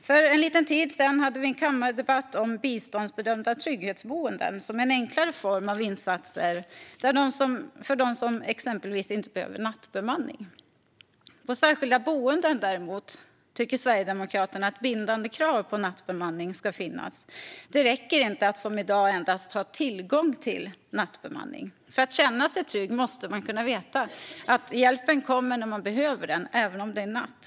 För en liten tid sedan hade vi en kammardebatt om biståndsbedömda trygghetsboenden, som är en enklare form av insatser för dem som exempelvis inte behöver nattbemanning. På särskilda boenden däremot tycker Sverigedemokraterna att bindande krav på nattbemanning ska finnas. Det räcker inte att som i dag endast ha tillgång till nattbemanning. För att känna sig trygg måste man kunna veta att hjälpen kommer när man behöver den, även om det är natt.